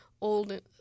old